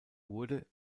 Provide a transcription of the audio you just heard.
wurde